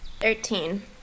Thirteen